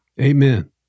Amen